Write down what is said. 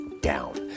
down